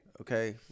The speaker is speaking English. Okay